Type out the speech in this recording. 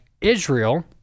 Israel